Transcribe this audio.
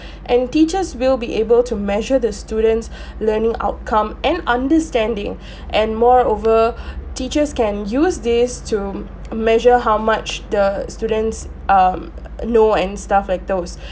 and teachers will be able to measure the students' learning outcome and understanding and moreover teachers can use this to measure how much the students um know and stuff like those